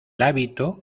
hábito